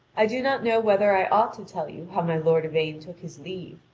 i do not know whether i ought to tell you how my lord yvain took his leave,